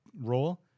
role